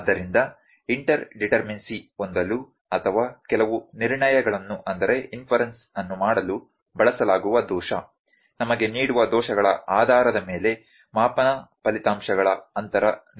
ಆದ್ದರಿಂದ inter determinacy ಹೊಂದಲು ಅಥವಾ ಕೆಲವು ನಿರ್ಣಯಗಳನ್ನು ಮಾಡಲು ಬಳಸಲಾಗುವ ದೋಷ ನಮಗೆ ನೀಡುವ ದೋಷಗಳ ಆಧಾರದ ಮೇಲೆ ಮಾಪನ ಫಲಿತಾಂಶಗಳ ಅಂತರ ನಿರ್ಣಯವಿದೆ